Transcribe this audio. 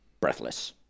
breathless